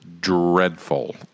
dreadful